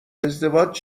ازدواج